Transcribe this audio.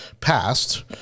passed